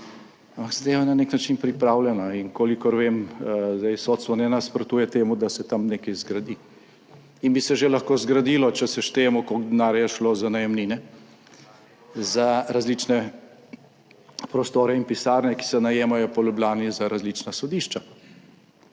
zadeva je na nek način pripravljena. In kolikor vem, zdaj sodstvo ne nasprotuje temu, da se tam nekaj zgradi in bi se že lahko zgradilo, če seštejemo, koliko denarja je šlo za najemnine, za različne prostore in pisarne, ki se najemajo po Ljubljani, za različna sodišča.